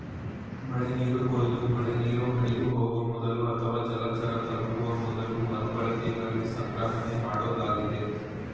ಮಳೆನೀರು ಕೊಯ್ಲು ಮಳೆನೀರು ಹರಿದುಹೋಗೊ ಮೊದಲು ಅಥವಾ ಜಲಚರ ತಲುಪುವ ಮೊದಲು ಮರುಬಳಕೆಗಾಗಿ ಸಂಗ್ರಹಣೆಮಾಡೋದಾಗಿದೆ